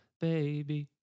baby